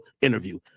interview